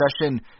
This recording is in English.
session